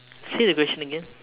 say the question again